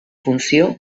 funció